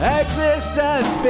existence